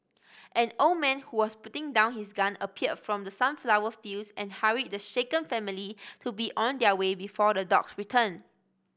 an old man who was putting down his gun appeared from the sunflower fields and hurried the shaken family to be on their way before the dogs return